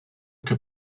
que